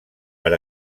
per